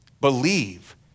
Believe